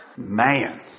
Man